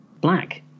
Black